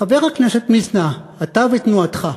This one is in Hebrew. חבר הכנסת מצנע, אתה ותנועתך,